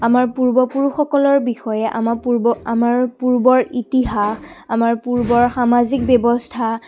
আমাৰ পূৰ্বপুৰুষসকলৰ বিষয়ে আমাৰ পূৰ্ব আমাৰ পূৰ্বৰ ইতিহাস আমাৰ পূৰ্বৰ সামাজিক ব্যৱস্থা